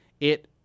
it-